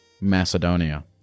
Macedonia